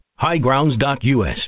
Highgrounds.us